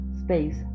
space